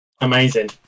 Amazing